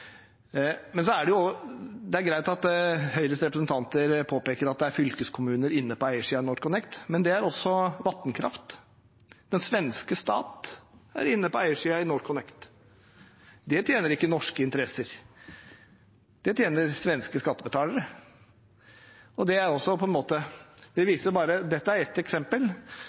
Det er greit at Høyres representanter påpeker at det er fylkeskommuner inne på eiersiden i NorthConnect, men det er også Vattenkraft. Den svenske stat er inne på eiersiden i NorthConnect. Det tjener ikke norske interesser. Det tjener svenske skattebetalere. Dette er ett eksempel som viser at man har liberalisert en lov for å åpne for andre aktører enn Statnett. Det er det Senterpartiet er